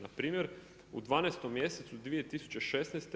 Npr. u 12. mjesecu 2016.